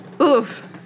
Oof